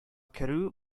керү